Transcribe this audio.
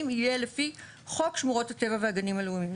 יהיה לפי חוק שמורות הטבע והגנים הלאומיים,